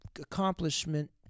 accomplishment